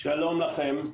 שלום לכם.